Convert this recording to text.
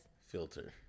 filter